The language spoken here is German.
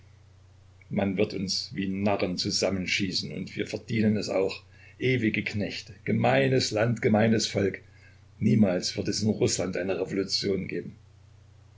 man wird uns wie narren zusammenschießen und wir verdienen es auch ewige knechte gemeines land gemeines volk niemals wird es in rußland eine revolution geben